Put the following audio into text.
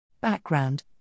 Background